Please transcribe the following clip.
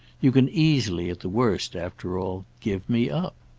you can easily, at the worst, after all, give me up.